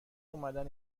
اومدن